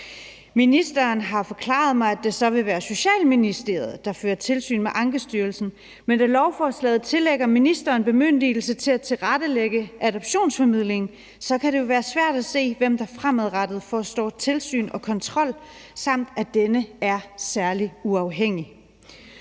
Ministeren har forklaret mig, at det så vil være Socialministeriet, der fører tilsyn med Ankestyrelsen, men da lovforslaget tillægger ministeren bemyndigelse til at tilrettelægge adoptionsformidlingen, kan det jo være svært at se, hvem der fremadrettet forestår tilsynet og kontrollen, samt at denne er særlig uafhængig.